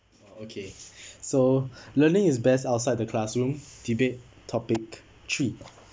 okay so learning is best outside the classroom debate topic three